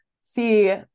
see